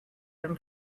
him